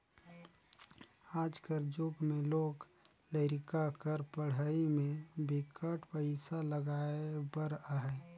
आज कर जुग में लोग लरिका कर पढ़ई में बिकट पइसा लगाए बर अहे